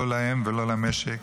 לא להם ולא למשק,